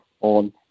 on